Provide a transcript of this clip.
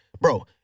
bro